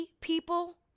people